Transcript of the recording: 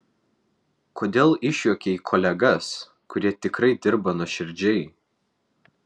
kodėl išjuokei kolegas kurie tikrai dirba nuoširdžiai